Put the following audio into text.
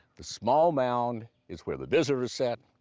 the small mound is where the visitors sat.